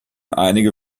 einige